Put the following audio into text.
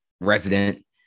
resident